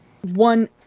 one